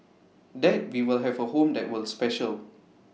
that we will have A home that will special